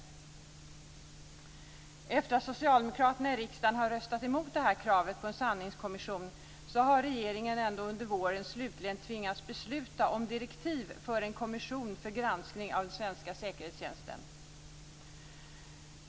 Efter det att socialdemokraterna i riksdagen har röstat emot detta krav på en sannningskommission har regeringen under våren slutligen tvingats besluta om direktiv för en kommission för granskning av den svenska säkerhetstjänsten.